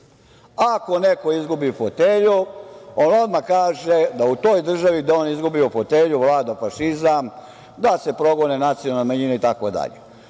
ako neko izgubi fotelju, on odmah kaže da u toj državi u kojoj je on izgubio fotelju vlada fašizam, da se progone nacionalne manjine itd.